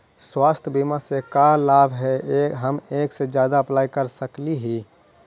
स्वास्थ्य बीमा से का क्या लाभ है हम एक से जादा अप्लाई कर सकली ही?